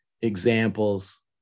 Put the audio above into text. examples